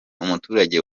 umuturage